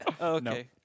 Okay